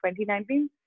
2019